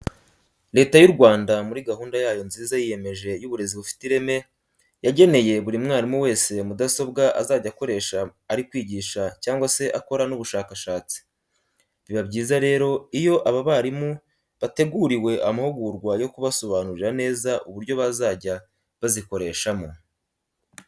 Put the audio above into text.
Leta y'u Rwanda muri gahunda yayo nziza yiyemeje y'uburezi bufite ireme yageneye buri mwarimu wese mudasobwa azajya akoresha ari kwigisha cyangwa se akora n'ubushakashatsi. Biba byiza rero iyo aba barimu bateguriwe amahugurwa yo kubasobanurira neza uburyo bazajya bazikoreshamo.